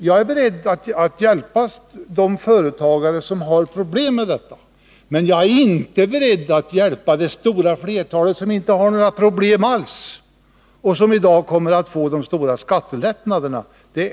Jag är beredd att hjälpa de företagare som har problem, men jag är inte beredd att hjälpa det stora flertalet som inte har några problem alls och som i dag kommer att få de stora skattelättnaderna.